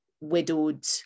widowed